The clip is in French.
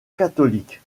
catholique